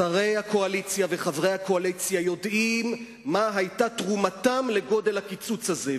שרי הקואליציה וחברי הקואליציה יודעים מה היתה תרומתם לגודל הקיצוץ הזה,